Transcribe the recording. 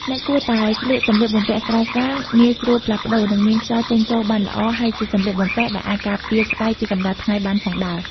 អ្នកគួរតែពាក់សម្លៀកបំពាក់ស្រាលៗ ងាយស្រួលផ្លាស់ប្ដូរ និងមានខ្យល់ចេញចូលបានល្អ ហើយជាសម្លៀកបំពាក់ដែលអាចការពារស្បែកពីកម្ដៅថ្ងៃបានផងដែរ។